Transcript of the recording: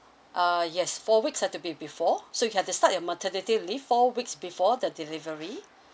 uh yes four weeks have to be before so you can uh start your maternity leave four weeks before the delivery